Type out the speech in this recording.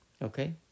Okay